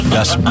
Yes